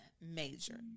major